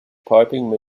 piping